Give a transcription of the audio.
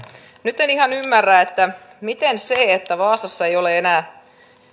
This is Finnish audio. nyt en ihan ymmärrä miten se että vaasassa ei ole enää